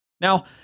Now